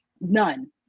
none